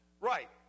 Right